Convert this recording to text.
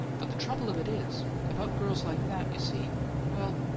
but the trouble of it is about girls like that, you see well,